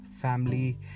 family